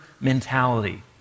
mentality